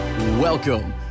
Welcome